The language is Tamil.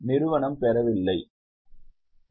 நிறுவனம் பெறவில்லை 17